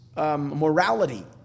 Morality